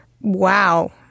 Wow